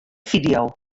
fideo